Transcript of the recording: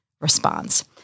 response